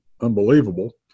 unbelievable